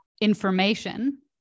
information